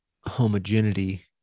homogeneity